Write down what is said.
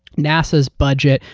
nasa's budget,